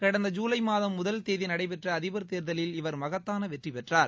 கடந்த ஜுலைமாதம் முதல் தேதிநடைபெற்றஅதிபர் தேர்தலில் இவர் மகத்தானவெற்றிபெற்றார்